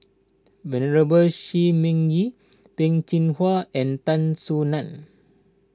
Venerable Shi Ming Yi Peh Chin Hua and Tan Soo Nan